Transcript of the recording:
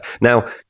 Now